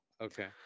okay